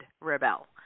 rebel